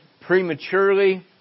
prematurely